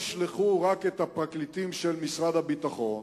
ישלחו רק את הפרקליטים של משרד הביטחון,